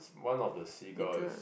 one of the seagull is